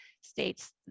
states